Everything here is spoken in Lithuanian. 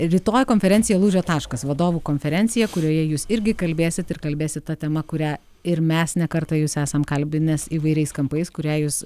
rytoji konferencija lūžio taškas vadovų konferencija kurioje jūs irgi kalbėsit ir kalbėsit ta tema kurią ir mes ne kartą jus esam kalbinęs įvairiais kampais kurią jūs